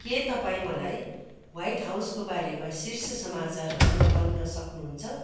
के तपाईँ मलाई व्हाइट हाउसको बारेमा शीर्ष समाचारहरू बताउन सक्नुहुन्छ